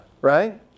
Right